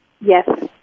Yes